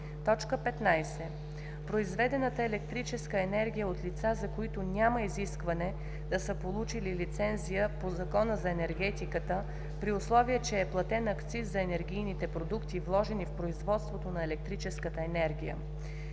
„15. произведената електрическа енергия от лица, за които няма изискване да са получили лицензия по Закона за енергетиката, при условие че е платен акциз за енергийните продукти, вложени в производството на електрическата енергия;